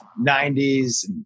90s